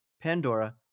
Pandora